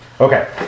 Okay